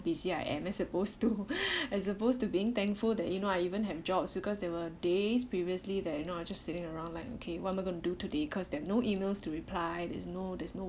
busy I am I supposed to as opposed to being thankful that you know I even have job because there were days previously that you know I just sitting around like okay what am I going to do today cause there are no emails to reply there's no there's no